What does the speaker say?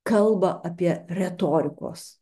kalba apie retorikos